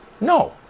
no